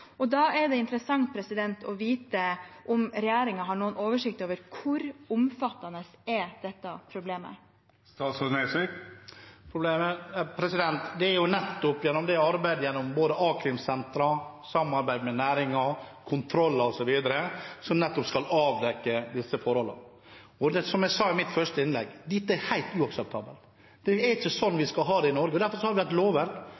Da er det interessant å vite om regjeringen har noen oversikt over hvor omfattende dette problemet er. Det er nettopp arbeidet gjennom både a-krimsentrene, samarbeid med næringen, kontroller osv. som skal avdekke disse forholdene. Som jeg sa i mitt første innlegg: Dette er helt uakseptabelt. Det er ikke sånn vi skal ha det i Norge. Derfor har vi et lovverk.